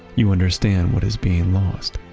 you understand what is being lost